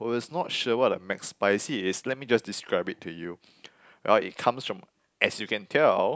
oh it's not sure what a McSpicy is let me just describe it to you well it comes from as you can tell